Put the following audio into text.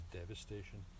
devastation